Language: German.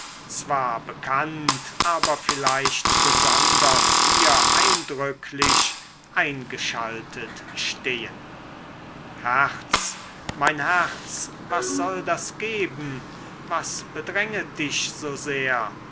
zwar bekannt aber vielleicht besonders hier eindrücklich eingeschaltet stehen herz mein herz was soll das geben was bedränget dich so sehr